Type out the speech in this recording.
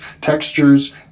textures